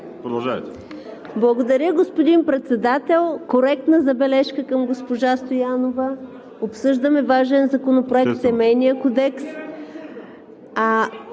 АТАНАСОВА: Благодаря, господин Председател. Коректна забележка към госпожа Стоянова, обсъждаме важен законопроект – Семейния кодекс.